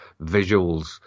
visuals